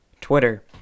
Twitter